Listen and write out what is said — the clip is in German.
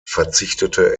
verzichtete